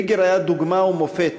ריגר היה דוגמה ומופת